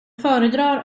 föredrar